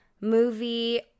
movie